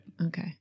Okay